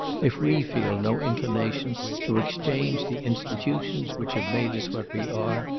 if we feel no inclination to exchange the institutions which have made us what we are,